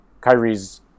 Kyrie's